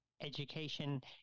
education